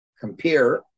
compare